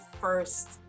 first